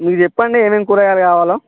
మీరు చెప్పండి ఏమేమి కూరగాయలు కావాలో